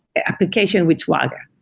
application with swagger.